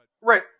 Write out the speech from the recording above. Right